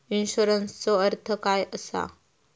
इन्शुरन्सचो अर्थ काय असा?